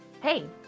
Hey